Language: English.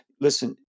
listen